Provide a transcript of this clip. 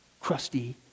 crusty